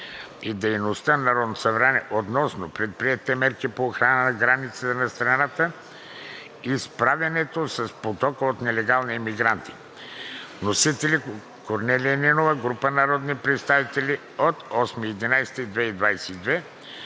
и дейността на Народното събрание относно предприетите мерки по охрана на границата на страната и справянето с потока от нелегални имигранти. Вносители – Корнелия Нинова и група народни представители, 8